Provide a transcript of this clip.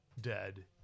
dead